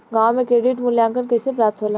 गांवों में क्रेडिट मूल्यांकन कैसे प्राप्त होला?